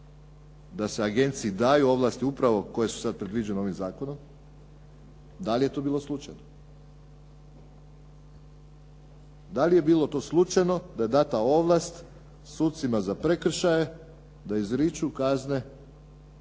da se agenciji daju ovlasti upravo koje su sad predviđene ovim zakonom. Da li je to bilo slučajno? Da li je bilo to slučajno da je data ovlast sucima za prekršaje da izriču kazne